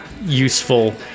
Useful